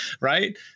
Right